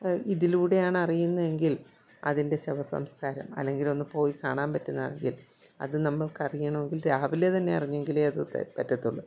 ഇതിലൂടെയാണ് അറിയുന്നെങ്കിൽ അതിൻ്റെ ശവസംസ്കാരം അല്ലെങ്കിലൊന്നു പോയി കാണാൻ പറ്റുന്നതാണെങ്കിൽ അതു നമുക്കറിയണമെങ്കിൽ രാവിലെ തന്നെ അറിഞ്ഞെങ്കിലെ അത് പറ്റത്തുള്ളൂ